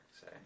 say